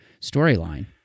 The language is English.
storyline